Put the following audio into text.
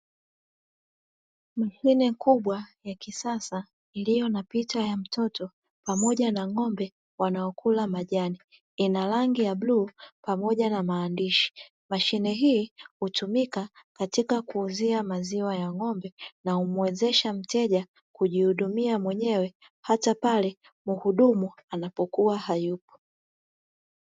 Mashine kubwa ya kisasa iliyo na picha ya mtoto pamoja na ng’ombe wanaokula majani, ina rangi ya bluu pamoja na maandishi. Mashine hii hutumika katika kuuzia maziwa ya ng’ombe na humuwezesha mteja kujihudumia mwenyewe, hata pale mhudumu anapokuwa hayupo.